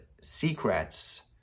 secrets